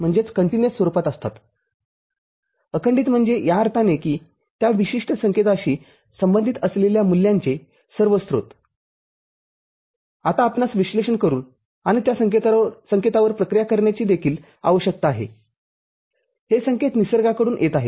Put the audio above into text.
अखंडित म्हणजे या अर्थाने कि त्या विशिष्ट संकेताशी संबंधित असलेल्या मूल्यांचे सर्व स्त्रोत आता आपणास विश्लेषण करून आणि त्या संकेतावर प्रक्रिया करण्याची देखील आवश्यकता आहे हे संकेत निसर्गाकडून येत आहेत